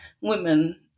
women